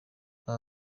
aba